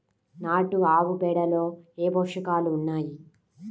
నాటు ఆవుపేడలో ఏ ఏ పోషకాలు ఉన్నాయి?